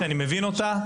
שאני מבין אותה,